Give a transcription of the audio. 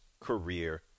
career